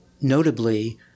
Notably